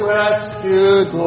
rescued